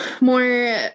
more